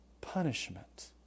Punishment